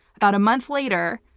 about a month later,